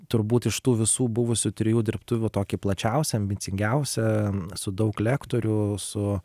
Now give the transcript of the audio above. turbūt iš tų visų buvusių trijų dirbtuvių tokį plačiausią ambicingiausią su daug lektorių su